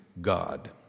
God